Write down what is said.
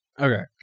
Okay